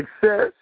success